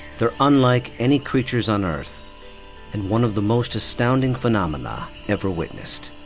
they're unlike any creatures on earth and one of the most astounding phenomena ever witnessed.